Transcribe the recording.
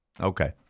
Okay